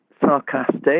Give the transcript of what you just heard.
sarcastic